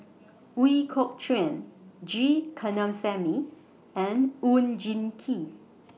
Ooi Kok Chuen G Kandasamy and Oon Jin Gee